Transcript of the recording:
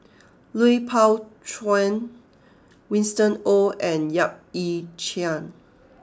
Lui Pao Chuen Winston Oh and Yap Ee Chian